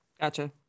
Gotcha